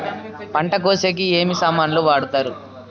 పంట కోసేకి ఏమి సామాన్లు వాడుతారు?